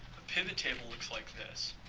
a pivot table looks like this.